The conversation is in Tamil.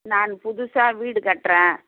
நான் புதுசாக வீடு கட்டுறேன்